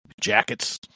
jackets